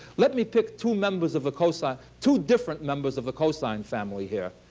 let me pick two members of the cosine, two different numbers of the cosine family here,